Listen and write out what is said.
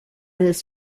his